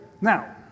Now